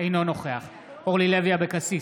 אינו נוכח אורלי לוי אבקסיס,